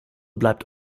bleibt